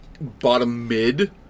bottom-mid